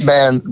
Man